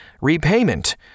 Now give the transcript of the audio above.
Repayment